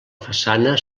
façana